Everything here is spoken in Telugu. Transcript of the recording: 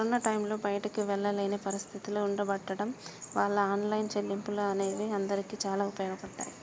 కరోనా టైంలో బయటికి వెళ్ళలేని పరిస్థితులు ఉండబడ్డం వాళ్ళ ఆన్లైన్ చెల్లింపులు అనేవి అందరికీ చాలా ఉపయోగపడ్డాయి